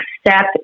step